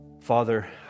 father